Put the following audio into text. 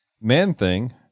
Man-Thing